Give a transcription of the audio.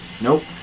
Nope